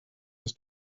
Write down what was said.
his